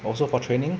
also for training